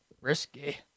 risky